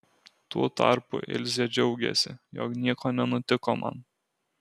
tuo tarpu ilzė džiaugėsi jog nieko nenutiko man